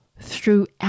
throughout